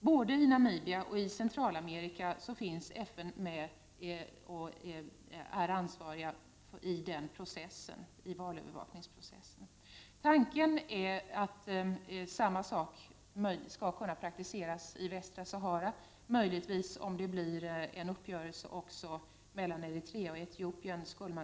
Både i Namibia och i Centralamerika har FN redan ett direkt ansvar för en sådan process. Tanken är att samma sak skall kunna praktiseras i Västra Sahara och möjligtvis också om det blir en uppgörelse mellan Eritrea och Etiopien.